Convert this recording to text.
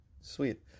Sweet